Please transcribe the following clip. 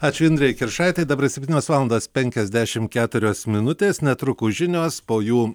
ačiū indrei kiršaitei dabar septynios valandos penkiasdešimt keturios minutės netrukus žinios po jų